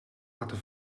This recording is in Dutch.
laten